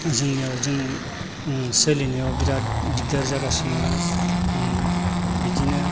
जोंनियाव जों ओम सोलिनायाव बिराद दिगदार जागासिनो दं ओम बिदिनो